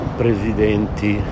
presidenti